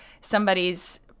somebody's